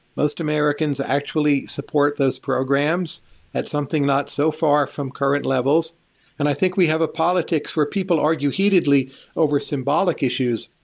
most americans actually support those programs at something not so far from current levels and i think we have a politics where people argue heatedly over symbolic issues.